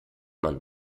man